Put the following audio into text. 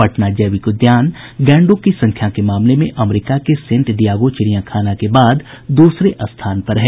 पटना जैविक उद्यान गैंडों की संख्या के मामले में अमरिका के सेंट डियागो चिड़ियांखाना के बाद दूसरे स्थान पर है